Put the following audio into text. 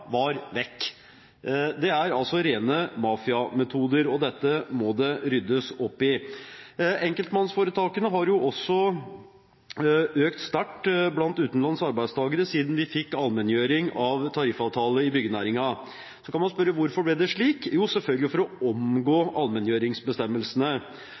var vekk. Det er rene mafiametoder, og dette må det ryddes opp i. Enkeltpersonforetakene har også økt sterkt blant utenlandske arbeidstakere siden vi fikk allmenngjøring av tariffavtalen i byggenæringen. Så kan man spørre: Hvorfor ble det slik? Jo, selvfølgelig for å